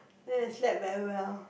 then I slept very well